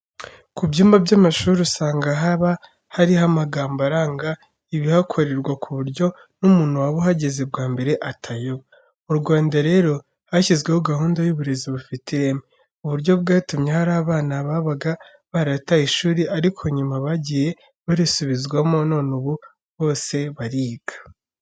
Ku byumba by'amashuri usanga haba hariho amagambo aranga ibihakorerwa ku buryo n'umuntu waba uhageze bwa mbere atayoba. Mu Rwanda rero hashyizweho gahunda y'uburezi bufite ireme, ubu buryo bwatumye hari abana babaga barataye ishuri ariko nyuma bagiye barisubizwamo none ubu bose bariga.